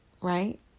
right